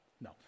No